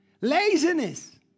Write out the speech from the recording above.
Laziness